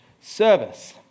service